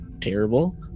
terrible